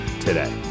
today